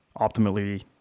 optimally